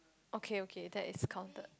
okay okay that's counted